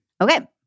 Okay